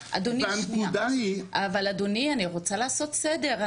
רגע, אדוני, שנייה, אבל אדוני אני רוצה לעשות סדר.